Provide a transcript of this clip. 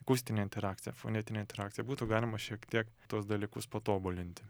akustinę interakciją fonetinę interakciją būtų galima šiek tiek tuos dalykus patobulinti